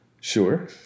Sure